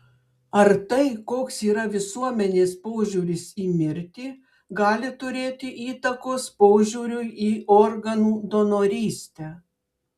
ar tai koks yra visuomenės požiūris į mirtį gali turėti įtakos požiūriui į organų donorystę